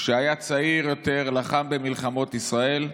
כשהיה צעיר יותר לחם במלחמות ישראל,